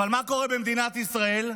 אבל מה קורה במדינת ישראל?